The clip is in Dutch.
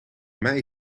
mij